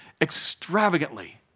extravagantly